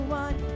one